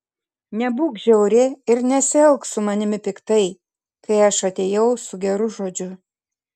nebūk žiauri ir nesielk su manimi piktai kai aš atėjau su geru žodžiu